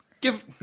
Give